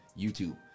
youtube